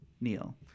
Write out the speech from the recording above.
Neil